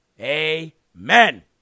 Amen